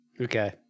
Okay